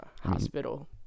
hospital